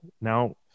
now